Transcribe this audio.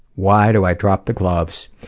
why do i drop the gloves?